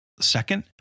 Second